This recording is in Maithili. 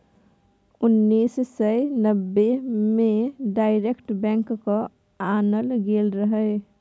उन्नैस सय नब्बे मे डायरेक्ट बैंक केँ आनल गेल रहय